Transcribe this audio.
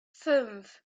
fünf